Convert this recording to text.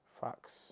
Facts